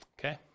Okay